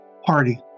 party